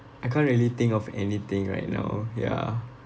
I can't really think of anything right now ya